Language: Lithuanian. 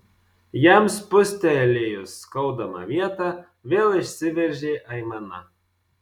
jam spustelėjus skaudamą vietą vėl išsiveržė aimana